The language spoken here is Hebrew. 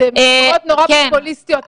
זה --- נורא פופוליסטיות.